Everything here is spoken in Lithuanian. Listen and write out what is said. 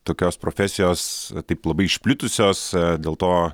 tokios profesijos taip labai išplitusios dėl to